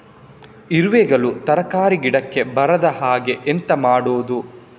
ಇರುವೆಗಳು ತರಕಾರಿ ಗಿಡಕ್ಕೆ ಬರದ ಹಾಗೆ ಎಂತ ಮಾಡುದು?